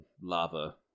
lava